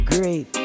Great